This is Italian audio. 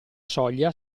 soglia